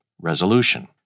Resolution